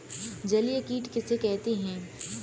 जलीय कीट किसे कहते हैं?